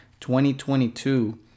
2022